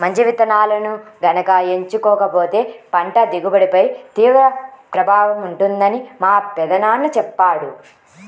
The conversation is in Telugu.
మంచి విత్తనాలను గనక ఎంచుకోకపోతే పంట దిగుబడిపై తీవ్ర ప్రభావం ఉంటుందని మా పెదనాన్న చెప్పాడు